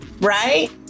right